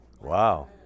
Wow